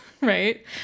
right